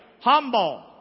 Humble